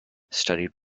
studied